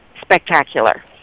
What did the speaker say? spectacular